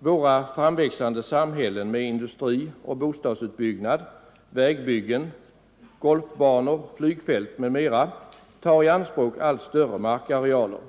”Våra framväxande samhällen med industrioch bostadsutbyggnad, vägbyggen, golfbanor, flygfält m.m. tar i anspråk allt större markarealer.